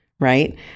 right